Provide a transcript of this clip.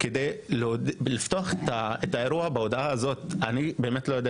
עומד לפתוח את האירוע ואני באמת לא יודע